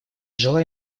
желаю